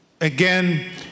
again